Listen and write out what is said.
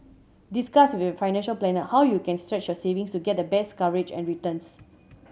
discuss with a financial planner how you can stretch your saving to get the best coverage and returns